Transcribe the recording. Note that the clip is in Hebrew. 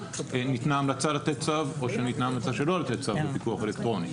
ניתנה המלצה לתת צו או שניתנה המלצה שלא לתת צו לפיקוח אלקטרוני.